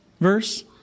verse